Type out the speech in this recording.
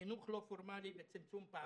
חינוך לא פורמלי וצמצום פערים.